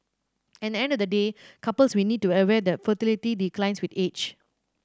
at the end of the day couples will need to aware that fertility declines with age